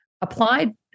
applied